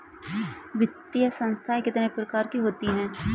वित्तीय संस्थाएं कितने प्रकार की होती हैं?